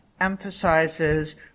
emphasizes